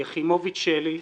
יחימוביץ שלי,